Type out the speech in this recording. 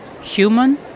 Human